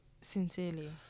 sincerely